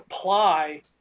apply